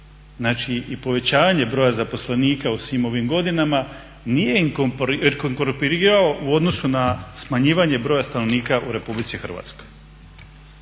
broj i povećavanje broja zaposlenika u svim ovim godinama nije inkorporirao u odnosu na smanjivanje broja stanovnika u RH. **Batinić,